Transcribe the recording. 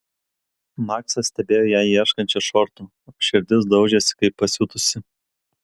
maksas stebėjo ją ieškančią šortų o širdis daužėsi kaip pasiutusi